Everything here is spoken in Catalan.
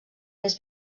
més